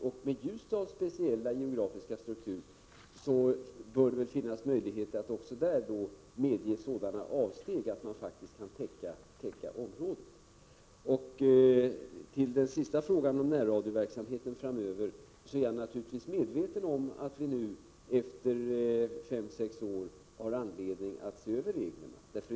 Med Ljusdals speciella geografiska struktur bör det väl finnas möjligheter att medge sådana avsteg att området faktiskt kan täckas. Angående den sista frågan, om närradioverksamheten framöver, är jag naturligtvis medveten om att det nu efter fem sex år finns anledning att se över reglerna.